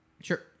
Sure